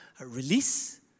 release